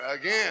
again